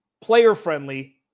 player-friendly